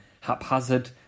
haphazard